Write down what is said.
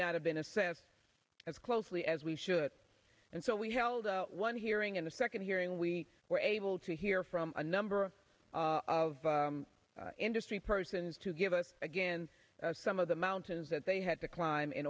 not have been assessed as closely as we should and so we held one hearing in the second hearing we were able to hear from a number of industry persons to give us again some of the mountains that they had to climb in